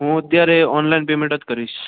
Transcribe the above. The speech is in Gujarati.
હું અત્યારે ઓનલાઇન પેમેન્ટ જ કરીશ